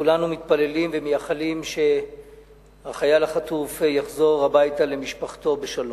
וכולנו מתפללים ומייחלים שהחייל החטוף יחזור הביתה למשפחתו בשלום.